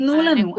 תנו לנו.